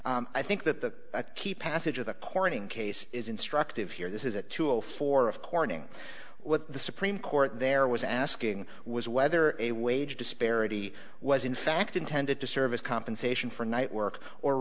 i think that the key passage of the corning case is instructive here this is a tool for of corning what the supreme court there was asking was whether a wage disparity was in fact intended to serve as compensation for night work or